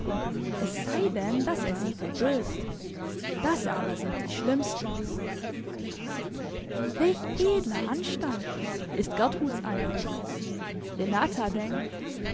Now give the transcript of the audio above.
es sei denn daß er sie verbirgt das aber sind die schlimmsten welch edler anstand ist gertruds eindruck renata denkt